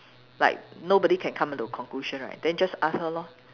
like nobody can come to a conclusion right then just ask her lor